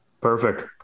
Perfect